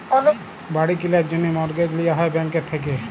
বাড়ি কিলার জ্যনহে মর্টগেজ লিয়া হ্যয় ব্যাংকের থ্যাইকে